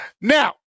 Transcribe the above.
Now